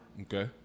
Okay